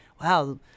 wow